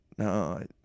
No